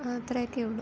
അത്രയൊക്കെ ഉള്ളൂ